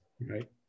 Right